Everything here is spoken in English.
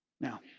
Now